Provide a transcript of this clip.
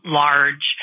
large